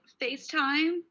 FaceTime